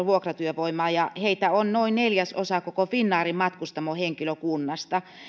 vuokratyövoimaa ja heitä on noin neljäsosa koko finnairin matkustamohenkilökunnasta